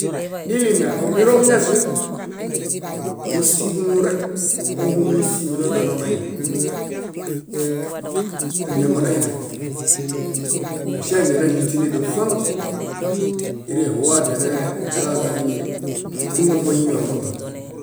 . Nilime omiroġuñazia. Kósibunuren ohumi ósimi noźanonai. Añamonaine. Músieañanaɭiźinedofaŋ. érehowa wadianeelaźii kunõbañiwa moźon.